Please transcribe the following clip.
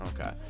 Okay